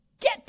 get